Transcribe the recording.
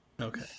Okay